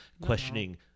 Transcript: questioning